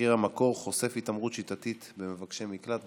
תחקיר "המקור" חושף התעמרות שיטתית במבקשי המקלט.